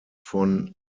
von